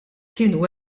kienu